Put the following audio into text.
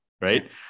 right